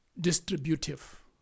distributive